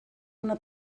una